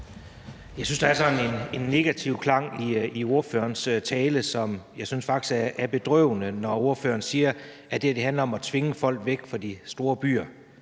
Jeg synes, at der er sådan en negativ klang i ordførerens tale. Jeg synes faktisk, det er bedrøvende, når ordføreren siger, at det her handler om at tvinge folk væk fra de store byer.